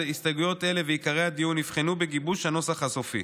הסתייגויות אלה ועיקרי הדיון נבחנו בגיבוש הנוסח הסופי.